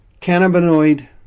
Cannabinoid